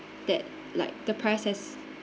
that like the price has